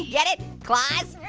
get it, claws?